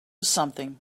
something